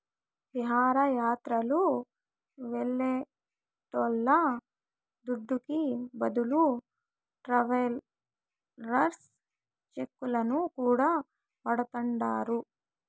విహారయాత్రలు వెళ్లేటోళ్ల దుడ్డుకి బదులు ట్రావెలర్స్ చెక్కులను కూడా వాడతాండారు